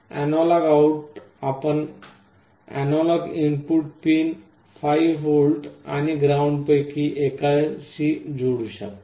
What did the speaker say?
analogue out आपण analogue input pin 5V आणि ग्राउंडपैकी एकाशी जोडू शकता